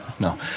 No